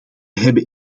hebben